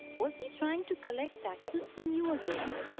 was he trying to collect taxes from you again?